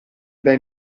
dai